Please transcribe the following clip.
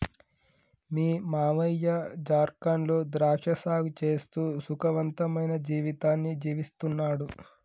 మీ మావయ్య జార్ఖండ్ లో ద్రాక్ష సాగు చేస్తూ సుఖవంతమైన జీవితాన్ని జీవిస్తున్నాడు